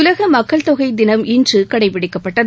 உலக மக்கள் தொகை தினம் இன்று கடைபிடிக்கப்பட்டது